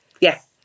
Yes